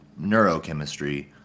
neurochemistry